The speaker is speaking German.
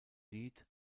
lied